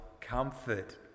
comfort